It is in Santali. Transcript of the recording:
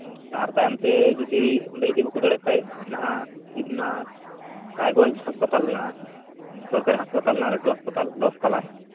ᱟᱨ ᱛᱟᱭᱚᱢᱛᱮ ᱡᱩᱫᱤ ᱚᱸᱰᱮ ᱡᱩᱫᱤ ᱵᱟᱠᱚ ᱫᱟᱲᱮᱭᱟᱜ ᱠᱷᱟᱡ ᱦᱮᱱᱟᱜᱼᱟ ᱰᱤᱢᱱᱟ ᱨᱟᱭᱜᱚᱧᱡ ᱦᱟᱸᱥᱯᱟᱛᱟᱞ ᱦᱮᱱᱟᱜᱼᱟ ᱥᱚᱨᱠᱟᱨᱤ ᱦᱟᱸᱥᱯᱟᱛᱟᱞ ᱦᱮᱱᱟᱜᱼᱟ ᱞᱟᱹᱴᱩ ᱦᱟᱸᱥᱯᱟᱛᱟᱞ ᱫᱚᱥ ᱛᱟᱞᱟ